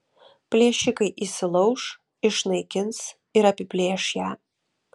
plėšikai įsilauš išnaikins ir apiplėš ją